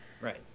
Right